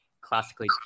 classically